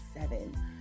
seven